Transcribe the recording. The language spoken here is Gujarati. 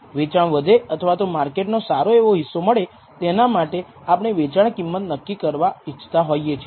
વેચાણ વધે અથવા તો માર્કેટ નો સારો એવો હિસ્સો મળે તેના માટે આપણે વેચાણ કિંમત નક્કી કરવા ઇચ્છતા હોઈએ છીએ